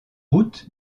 route